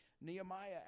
Nehemiah